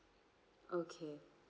okay